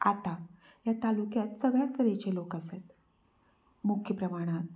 आतां ह्या तालुक्यांत सगळ्यांत तरेचे लोक आसात मुख्य प्रमाणांत